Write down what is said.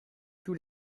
tous